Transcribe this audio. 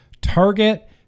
Target